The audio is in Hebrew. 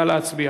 נא להצביע,